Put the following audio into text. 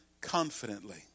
confidently